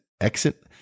exit